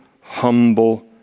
humble